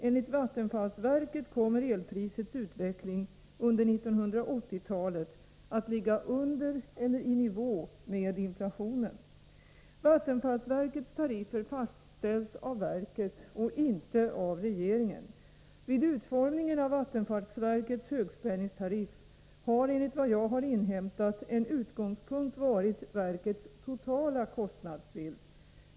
Enligt vattenfallsverket kommer elprisets utveckling under 1980-talet att ligga under eller i nivå med inflationen. Vattenfallsverkets tariffer fastställs av verket och inte av regeringen. Vid utformningen av vattenfallsverkets högspänningstariff har enligt vad jag har inhämtat en utgångspunkt varit verkets totala kostnadsbild.